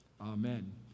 Amen